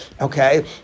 Okay